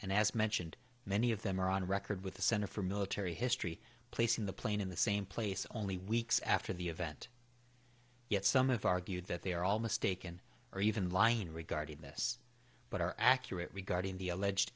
and as mentioned many of them are on record with the center for military history placing the plane in the same place only weeks after the event yet some have argued that they are all mistaken or even lying regarding this but are accurate regarding the alleged